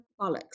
bollocks